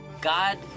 God